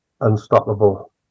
unstoppable